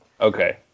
okay